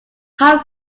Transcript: how